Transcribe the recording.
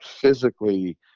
physically